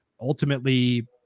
ultimately